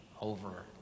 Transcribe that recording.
over